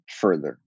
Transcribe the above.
further